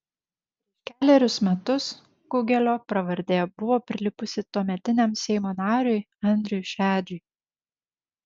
prieš kelerius metus kugelio pravardė buvo prilipusi tuometiniam seimo nariui andriui šedžiui